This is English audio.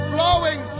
Flowing